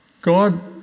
God